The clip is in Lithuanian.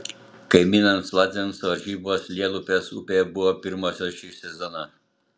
kaimynams latviams varžybos lielupės upėje buvo pirmosios šį sezoną